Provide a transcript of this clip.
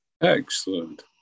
excellent